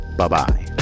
Bye-bye